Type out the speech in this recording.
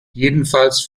jedenfalls